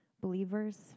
believers